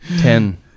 Ten